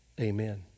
Amen